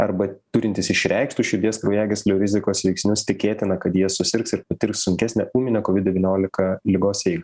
arba turintys išreikštus širdies kraujagyslių rizikos veiksnius tikėtina kad jie susirgs ir patirks sunkesnę ūminę kovid devyniolika ligos eigą